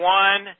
one